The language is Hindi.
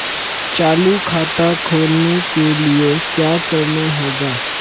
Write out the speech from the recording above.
चालू खाता खोलने के लिए क्या करना होगा?